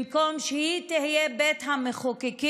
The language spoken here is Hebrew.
במקום שהיא תהיה בית המחוקקים,